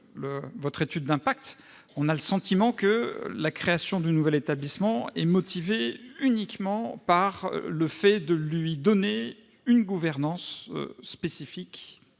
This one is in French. votre étude d'impact, on a le sentiment que la création du nouvel établissement se justifie uniquement par la volonté d'assurer une gouvernance spécifique.